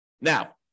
Now